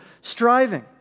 striving